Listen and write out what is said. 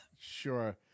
Sure